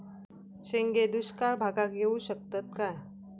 शेंगे दुष्काळ भागाक येऊ शकतत काय?